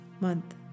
month